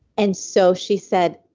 and so she said,